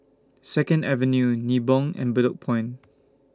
Second Avenue Nibong and Bedok Point